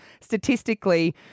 statistically